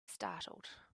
startled